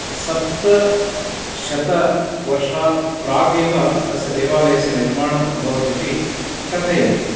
सप्तशतवर्षात् प्रागेव अस्य देवालयस्य निर्माणम् अभवत् इति कथयन्ति